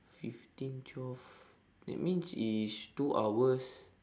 fifteen twelve that means it's two hours